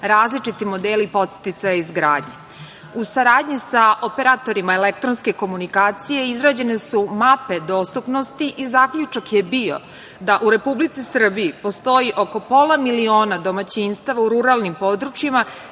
različiti modeli podsticaja i izgradnje.U saradnji sa operatorima elektronske komunikacije, izrađene su mape dostupnosti i zaključak je bio da u Republici Srbiji postoji oko pola miliona domaćinstava u ruralnim područjima